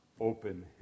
open